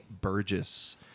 Burgess